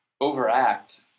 overact